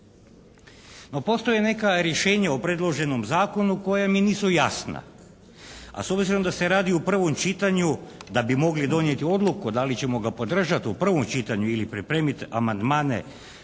No postoje neka rješenja o predloženom zakonu koja mi nisu jasna. A s obzirom da se radi o prvom čitanju da bi mogli donijeti odluku da li ćemo ga podržat u prvom čitanju ili pripremit amandmane